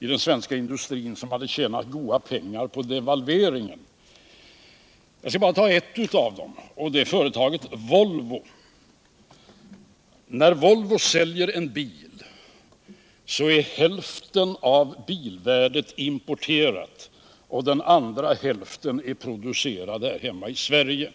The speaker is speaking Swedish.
i den svenska industrin som hade tjänat goda pengar på devalveringen. Jag skall bara ta upp ett av dem. Det är företaget Volvo. När Volvo säljer en bil är av bilvärdet hälften importerad och den andra hälften är producerad här hemma i Sverige.